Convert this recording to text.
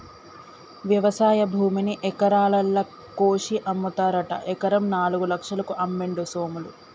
వ్యవసాయ భూమిని ఎకరాలల్ల కొలిషి అమ్ముతారట ఎకరం నాలుగు లక్షలకు అమ్మిండు సోములు